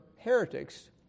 heretics